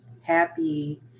happy